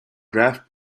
draft